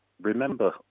remember